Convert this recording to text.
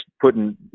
putting